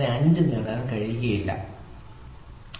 95 നേടാൻ കഴിയില്ല 6